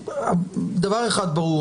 דבר אחד ברור,